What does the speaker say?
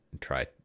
try